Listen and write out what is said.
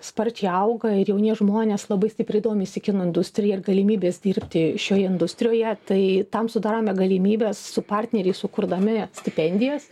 sparčiai auga ir jauni žmonės labai stipriai domisi kino industrija ir galimybės dirbti šioje industrijoje tai tam sudarome galimybes su partneriais sukurdami stipendijas